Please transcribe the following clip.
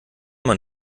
man